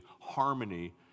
harmony